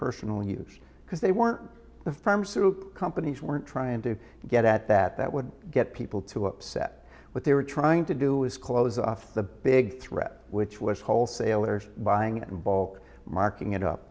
personal use because they weren't the firms through companies weren't trying to get at that that would get people to upset what they were trying to do is close off the big threat which was wholesalers buying in bulk marking it up